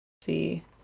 See